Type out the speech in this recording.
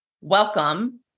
Welcome